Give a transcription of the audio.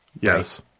Yes